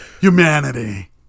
humanity